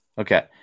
Okay